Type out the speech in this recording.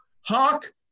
Hawk